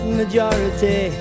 majority